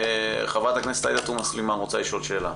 חברת הכנסת עאידה תומא סלימאן רוצה לשאול שאלה.